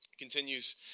continues